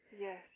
yes